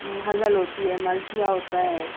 hassle ہوتی ہے مرثیہ ہوتا ہے